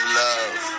love